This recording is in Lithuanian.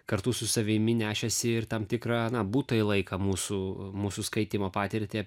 kartu su savimi nešėsi ir tam tikrą na būtąjį laiką mūsų mūsų skaitymo patirtį